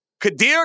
Kadir